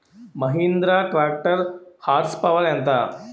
Mahindra tractor horse power ఎంత?